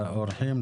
לאורחים,